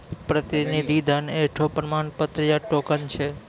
प्रतिनिधि धन एकठो प्रमाण पत्र या टोकन छै